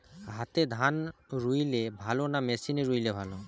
হাতে ধান রুইলে ভালো না মেশিনে রুইলে ভালো?